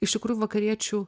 iš tikrųjų vakariečių